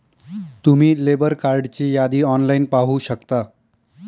तुम्ही लेबर कार्डची यादी ऑनलाइन पाहू शकता